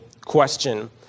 question